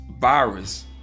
virus